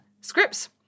scripts